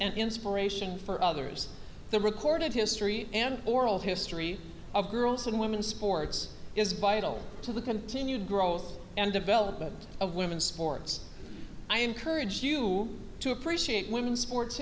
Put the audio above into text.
and inspiration for others the recorded history and oral history of girls and women sports is vital to the continued growth and development of women sports i encourage you to appreciate women's sports